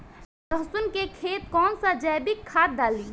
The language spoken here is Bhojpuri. लहसुन के खेत कौन सा जैविक खाद डाली?